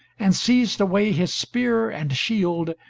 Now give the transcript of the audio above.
and seized away his spear and shield,